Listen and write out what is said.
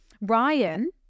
Ryan